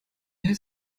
heißt